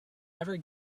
ever